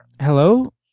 Hello